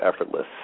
effortless